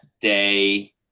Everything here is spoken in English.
day